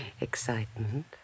Excitement